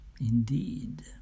Indeed